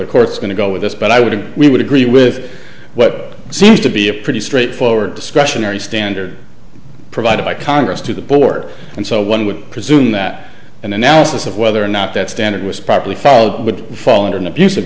the court's going to go with this but i would agree we would agree with what seems to be a pretty straightforward discretionary standard provided by congress to the board and so one would presume that an analysis of whether or not that standard was properly followed would fall under an abus